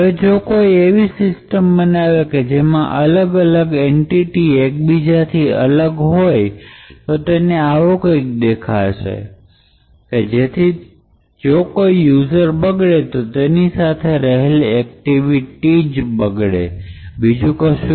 હવે જો કોઈ એવી સિસ્ટમ બનાવે કે જેમાં અલગ અલગ એન્ટિટી એકબીજાથી અલગ હોય તો તે આવી કંઈક દેખાશે તેથી જો કોઇ યૂઝર બગડે તો તેમની સાથે રહેલ એક્ટિવિટી તજ બગડશે